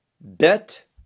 bet